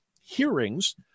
hearings